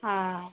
आँ